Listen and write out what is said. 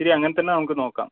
ശരി അങ്ങനെ തന്നെ നമുക്ക് നോക്കാം